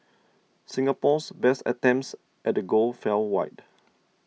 Singapore's best attempts at the goal fell wide